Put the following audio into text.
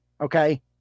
Okay